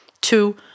Two